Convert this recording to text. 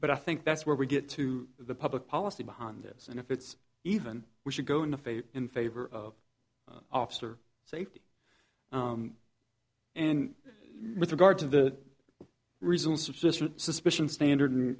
but i think that's where we get to the public policy behind this and if it's even we should go in the face in favor of officer safety and with regard to the results of sr suspicion standard